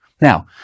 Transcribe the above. Now